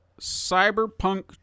Cyberpunk